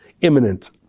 imminent